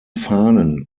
fahnen